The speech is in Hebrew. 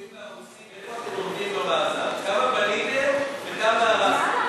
והרוסים, כמה בניתם וכמה הרסתם?